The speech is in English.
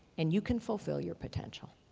and you can fulfill your potential.